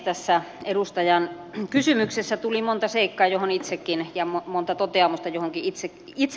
tässä edustajan kysymyksessä tuli monta seikkaa ja monta toteamusta joihin itsekin yhdyn